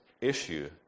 issue